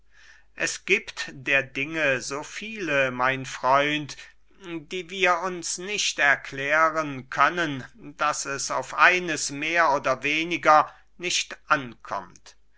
es giebt der dinge so viele mein freund die wir uns nicht erklären können daß es auf eines mehr oder weniger nicht ankommt